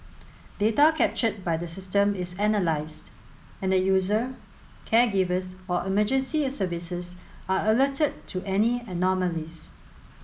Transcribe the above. data captured by the system is analysed and the user caregivers or emergency services are alerted to any anomalies